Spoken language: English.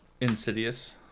Insidious